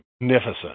magnificent